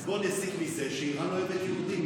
אז בוא נסיק מזה שאיראן אוהבת יהודים,